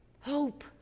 Hope